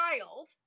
child